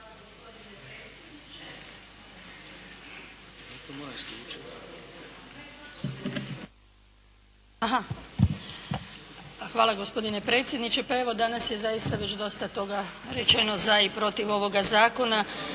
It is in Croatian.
hvala gospodine predsjedniče.